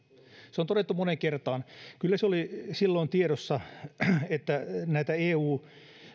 se on todettu moneen kertaan kyllä se oli silloin tiedossa että näitä eu